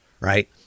right